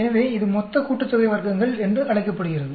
எனவே இது மொத்த கூட்டுத்தொகை வர்க்கங்கள் என்று அழைக்கப்படுகிறது